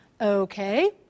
Okay